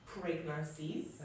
pregnancies